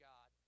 God